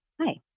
Hi